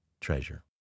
treasure